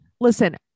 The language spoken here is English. Listen